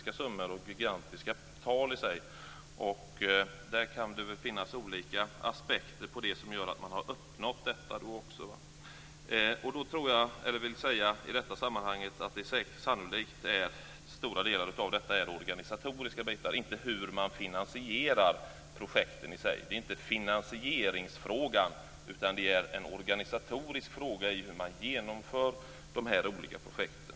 Det är fråga om gigantiska summor, och det kan finnas olika aspekter på om detta har uppnåtts. Stora delar av detta har sannolikt organisatorisk karaktär och gäller i sig inte hur man finansierar projekten. Det är inte finansieringsfrågan utan en organisatorisk fråga hur man genomför de här olika projekten.